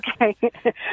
Okay